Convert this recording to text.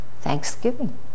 thanksgiving